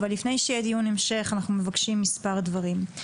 אבל לפני שיהיה דיון המשך אנחנו מבקשים מספר דברים.